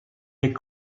est